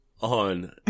on